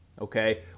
okay